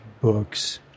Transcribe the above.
books